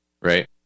Right